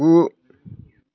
गु